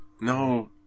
No